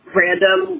random